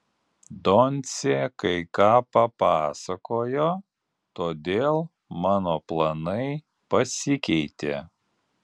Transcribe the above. doncė kai ką papasakojo todėl mano planai pasikeitė